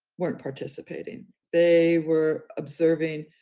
weren't participating. they were observing,